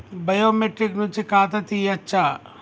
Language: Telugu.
బయోమెట్రిక్ నుంచి ఖాతా తీయచ్చా?